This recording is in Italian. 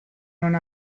non